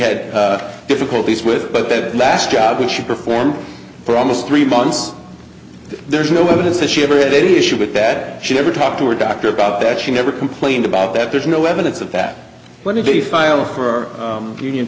had difficulties with but that last job we should perform for almost three months there is no evidence that she ever had any issues with that she never talked to her doctor about that she never complained about that there's no evidence of that but if the file for union